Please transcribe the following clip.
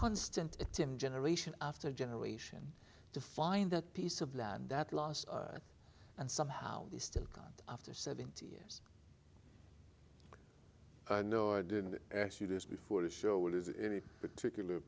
constant tim generation after generation to find that piece of land that lost and somehow they still got after seventy years no i didn't ask you this before the show will is it any particular